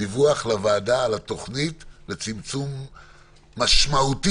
דיווח לוועדה על התוכנית לצמצום משמעותי